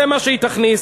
זה מה שהיא תכניס.